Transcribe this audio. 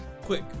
Quick